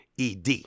ED